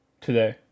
today